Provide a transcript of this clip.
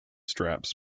straps